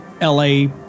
LA